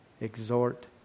exhort